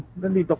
than the the